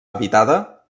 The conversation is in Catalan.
habitada